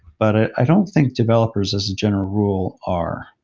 but i don't think developers as a general rule are